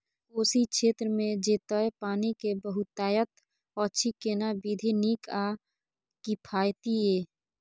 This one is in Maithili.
कोशी क्षेत्र मे जेतै पानी के बहूतायत अछि केना विधी नीक आ किफायती ये?